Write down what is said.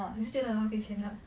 你也是觉得很浪费钱 lah